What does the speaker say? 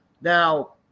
Now